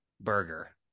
burger